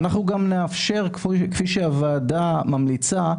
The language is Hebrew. אנחנו גם נאפשר כפי שהוועדה ממליצה,